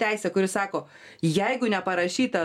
teisę kuri sako jeigu neparašyta